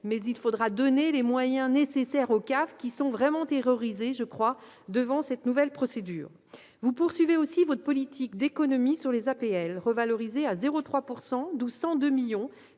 Mais il faudra les moyens nécessaires aux CAF, qui sont vraiment terrorisées par cette nouvelle procédure. Vous poursuivez aussi votre politique d'économies sur les APL, revalorisées à 0,3 % seulement, d'où 102 millions